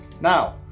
Now